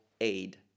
aid